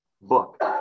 book